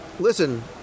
listen